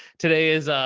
today is a,